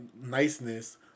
niceness